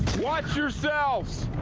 watch yourselves!